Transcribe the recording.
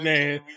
Man